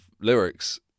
lyrics